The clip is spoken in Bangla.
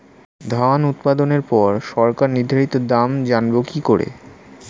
ধান উৎপাদনে পর সরকার নির্ধারিত দাম জানবো কি করে?